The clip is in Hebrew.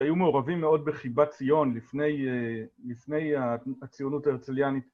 היו מעורבים מאוד בחיבת ציון לפני הציונות ההרצליאנית